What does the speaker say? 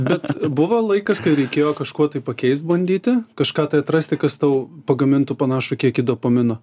bet buvo laikas kai reikėjo kažkuo tai pakeist bandyti kažką tai atrasti kas tau pagamintų panašų kiekį dopamino